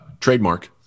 trademark